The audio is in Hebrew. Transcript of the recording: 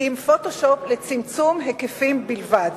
כי אם "פוטושופ" לצמצום היקפים בלבד.